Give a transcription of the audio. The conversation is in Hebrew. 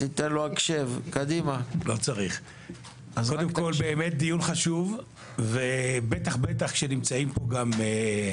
קודם כל באמת דיון חשוב ובטח בטח כשנמצאים פה גם,